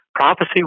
Prophecy